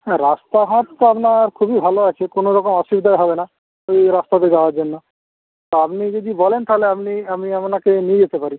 হ্যাঁ রাস্তাঘাট তো আপনার খুবই ভালো আছে কোনোরকম অসুবিধাই হবে না ওই রাস্তাতে যাওয়ার জন্য তা আপনি যদি বলেন তাহলে আপনি আমি আপনাকে নিয়ে যেতে পারি